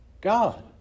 God